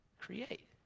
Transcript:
create